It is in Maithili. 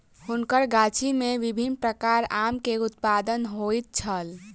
हुनकर गाछी में विभिन्न प्रकारक आम के उत्पादन होइत छल